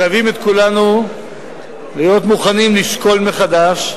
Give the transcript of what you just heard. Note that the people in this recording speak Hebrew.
מחייבים את כולנו להיות מוכנים לשקול מחדש,